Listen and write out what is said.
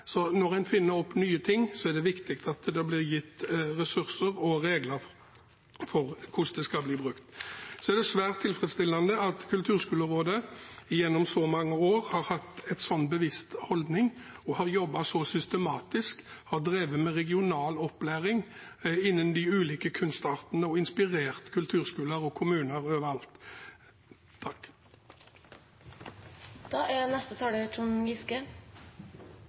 så når en finner opp nye ting, er det viktig at det blir gitt ressurser og laget regler for hvordan det skal bli brukt. Det er svært tilfredsstillende at Kulturskolerådet gjennom så mange år har hatt en så bevisst holdning og har jobbet så systematisk – de har drevet med regional opplæring innen de ulike kunstartene – og inspirert kulturskoler og kommuner